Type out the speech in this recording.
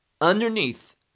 underneath